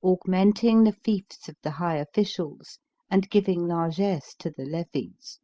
augmenting the fiefs of the high officials and giving largesse to the levies